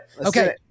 Okay